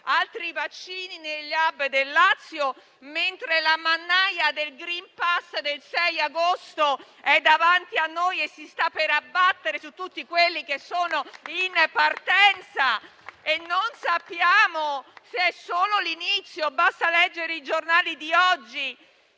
altri vaccini negli *hub* del Lazio, mentre la mannaia del *green pass* del 6 agosto è davanti a noi e si sta per abbattere su tutti quelli che sono in partenza; e non sappiamo se è solo l'inizio. Basta leggere i giornali di oggi: